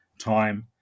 time